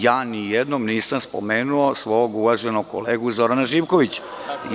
Ja ni jednom nisam spomenuo svog uvaženog kolegu Zorana Živkovića.